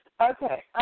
Okay